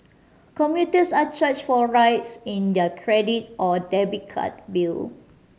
commuters are charged for rides in their credit or debit card bill